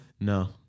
No